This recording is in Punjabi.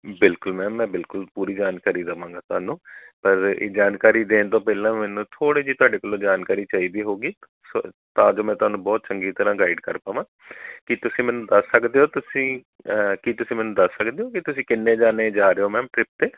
ਬਿਲਕੁਲ ਮੈਮ ਮੈਂ ਬਿਲਕੁਲ ਪੂਰੀ ਜਾਣਕਾਰੀ ਦੇਵਾਂਗਾ ਤੁਹਾਨੂੰ ਪਰ ਇਹ ਜਾਣਕਾਰੀ ਦੇਣ ਤੋਂ ਪਹਿਲਾਂ ਮੈਨੂੰ ਥੋੜ੍ਹੀ ਜਿਹੀ ਤੁਹਾਡੇ ਕੋਲੋਂ ਜਾਣਕਾਰੀ ਚਾਹੀਦੀ ਹੋਵੇਗੀ ਸੋ ਤਾਂ ਜੋ ਮੈਂ ਤੁਹਾਨੂੰ ਬਹੁਤ ਚੰਗੀ ਤਰ੍ਹਾਂ ਗਾਈਡ ਕਰ ਪਾਵਾਂ ਕੀ ਤੁਸੀਂ ਮੈਨੂੰ ਦੱਸ ਸਕਦੇ ਹੋ ਤੁਸੀਂ ਕੀ ਤੁਸੀਂ ਮੈਨੂੰ ਦੱਸ ਸਕਦੇ ਹੋ ਕੀ ਤੁਸੀਂ ਕਿੰਨੇ ਜਣੇ ਜਾ ਰਹੇ ਹੋ ਮੈਮ ਟ੍ਰਿਪ 'ਤੇ